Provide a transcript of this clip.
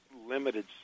limited